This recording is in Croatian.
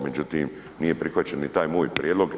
Međutim, nije prihvaćen ni taj moj prijedlog.